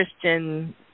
Christian